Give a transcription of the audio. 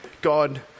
God